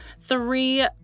three